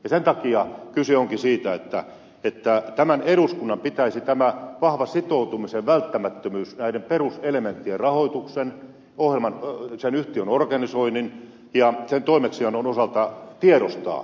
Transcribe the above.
sen takia kyse onkin siitä että tämän eduskunnan pitäisi tämä vahva sitoutumisen välttämättömyys näiden peruselementtien rahoituksen sen yhtiön organisoinnin ja sen toimeksiannon osalta tiedostaa